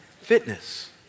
fitness